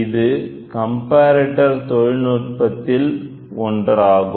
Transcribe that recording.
இது கம்பரட்டர் தொழில் நுட்பத்தில் ஒன்றாகும்